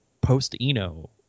post-Eno